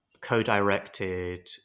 co-directed